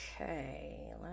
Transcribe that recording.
okay